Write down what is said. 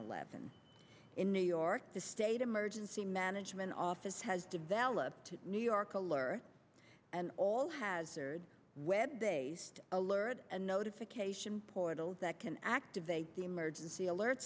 eleven in new york the state emergency management office has developed new york alert and all hazard web based alert and notification portals that can activate the emergency alert